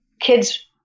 kids